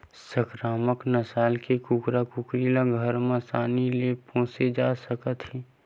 संकरामक नसल के कुकरा कुकरी ल घर म असानी ले पोसे जा सकत हे